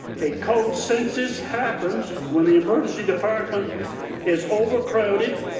a code census happens when the emergency department is overcrowded,